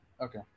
Okay